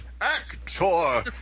actor